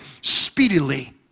speedily